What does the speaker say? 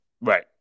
Right